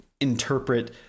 interpret